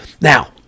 Now